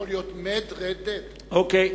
זה יכול להיות Med-Red-Dead, אוקיי.